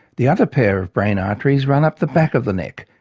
the other pair of brain arteries run up the back of the neck,